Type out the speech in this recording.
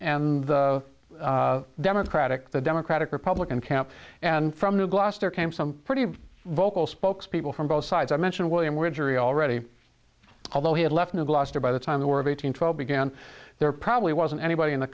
the democratic the democratic republican camp and from new gloucester came some pretty vocal spokespeople from both sides i mentioned william widgery already although he had left new gloucester by the time the war of eighteen twelve began there probably wasn't anybody in the